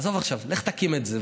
עזוב עכשיו, לך תקים את זה.